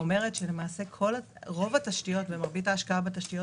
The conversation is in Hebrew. עבודה שאומרת שרוב התשתיות ומרבית ההשקעה בתשתיות